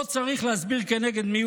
לא צריך להסביר כנגד מי,